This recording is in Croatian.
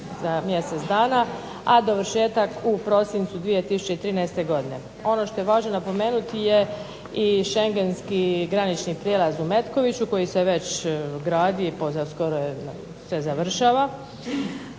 za mjesec dana, a dovršetak u prosincu 2013. godine. Ono što je važno napomenuti je i Schengenski granični prijelaz u Metkoviću, koji se već gradi, skoro se završava.